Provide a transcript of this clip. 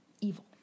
Evil